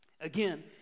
Again